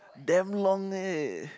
damn long eh